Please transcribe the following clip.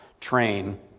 train